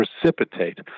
precipitate